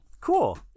Cool